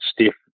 stiff